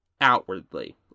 outwardly